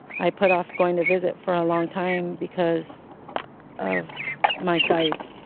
i put off going to visit for a long time because of my size